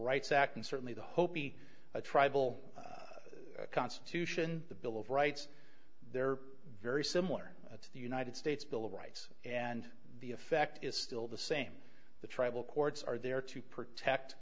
rights act and certainly the hopi tribal constitution the bill of rights they're very similar to the united states bill of rights and the effect is still the same the tribal courts are there to protect